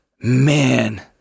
man